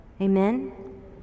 Amen